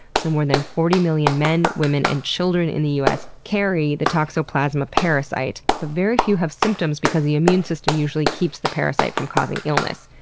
so more than forty million men, women, and children in the u s. carry the toxoplasma parasite, but very few have symptoms because the immune system usually keeps the parasite from causing illness.